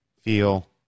feel